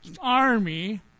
army